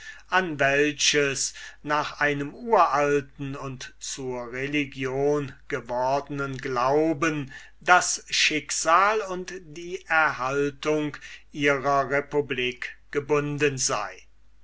an welches nach einem uralten und zur religion gewordnen glauben das schicksal und die erhaltung ihrer republik gebunden sei